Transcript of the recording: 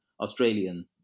Australian